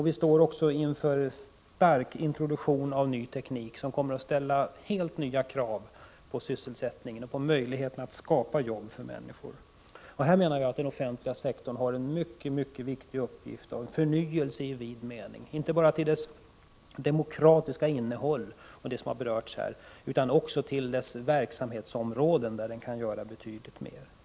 Vi har också att vänta en omfattande introduktion av ny teknik, som kommer att ställa helt nya krav när det gäller sysselsättningen och möjligheterna att skapa jobb för människor. Jag menar att den offentliga sektorn här har en mycket viktig uppgift. Det handlar då om en förnyelse i vid mening, inte bara när det gäller dess demokratiska innehåll, som har berörts i denna debatt, utan också beträffande verksamhetsområdena. Den offentliga sektorn kan göra betydligt mer än i dag.